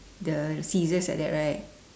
the scissors like that right